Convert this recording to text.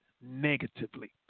negatively